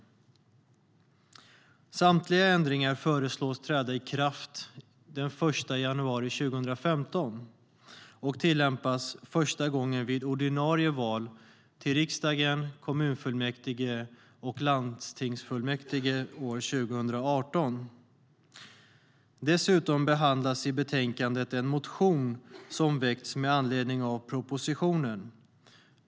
Samtliga ändringar föreslås träda i kraft den 1 januari 2015 och tillämpas första gången vid ordinarie val till riksdagen, kommunfullmäktige och landstingsfullmäktige år 2018. Dessutom behandlas i betänkandet en motion som har väckts med anledning av propositionen.